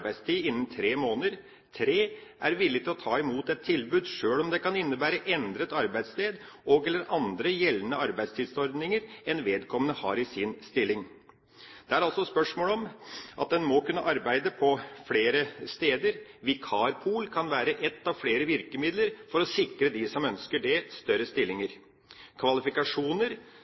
innen tre måneder er villig til å ta imot et tilbud sjøl om det kan innebære endret arbeidssted og/eller andre gjeldende arbeidstidsordninger enn vedkommende har i sin stilling Det er altså spørsmål om at en må kunne arbeide på flere steder. Vikarpool kan være ett av flere virkemidler for å sikre de som ønsker det, større stillinger. Når det gjelder kvalifikasjoner,